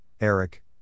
Eric